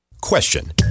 Question